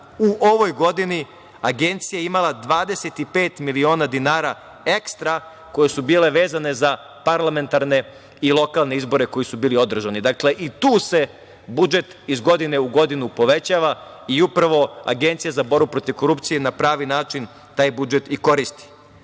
u ovoj godini Agencija je imala 25 miliona dinara ekstra koje su bile vezane za parlamentarne i lokalne izbore koji su bili održani. I tu se budžet iz godine u godinu povećava i upravo Agencija za borbu protiv korupcije na pravi način taj budžet i